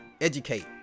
educate